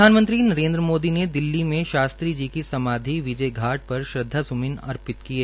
प्रधानमंत्री नरेन्द्र मोदी ने दिल्ली में शास्त्री जी की समाधि विजयघाट पर श्रद्वास्मन अर्पित किए